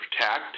protect